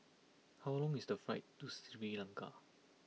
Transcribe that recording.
how long is the flight to Sri Lanka